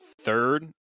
third